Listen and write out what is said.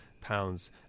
pounds